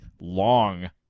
long